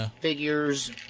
figures